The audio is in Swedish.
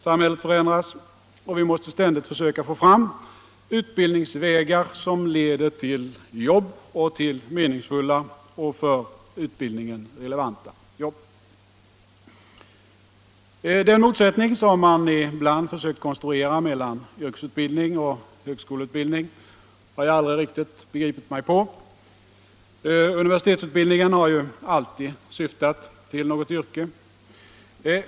Samhället förändras, och vi måste ständigt försöka få fram utbildningsvägar som leder till jobb — och till meningsfulla och för utbildningen relevanta jobb. Den motsättning som man ibland försöker konstruera mellan yrkesutbildning och högskoleutbildning har jag aldrig riktigt begripit mig på. Universitetsutbildningen har ju alltid syftat till något yrke.